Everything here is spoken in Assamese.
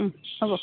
হ'ব